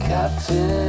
Captain